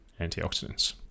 antioxidants